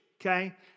okay